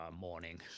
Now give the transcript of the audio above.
morning